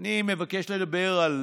אני מבקש לדבר על